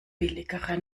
billigere